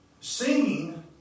singing